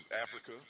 Africa